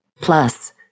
Plus